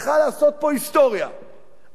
היה יכול לעשות פה היסטוריה אמיתית.